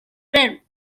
fame